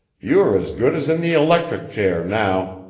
you are as good as in the electric chair now!